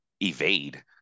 evade